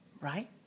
right